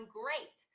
great